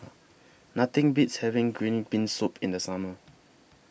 Nothing Beats having Green Bean Soup in The Summer